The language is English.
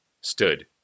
stood